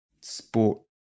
sport